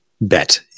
Bet